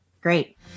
Great